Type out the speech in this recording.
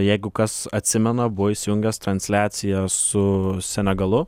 jeigu kas atsimena buvo įsijungęs transliaciją su senegalu